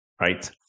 right